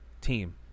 team